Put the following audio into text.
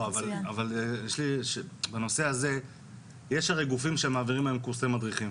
יש הרי גופים שמעבירים היום קורסי מדריכים.